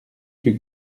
que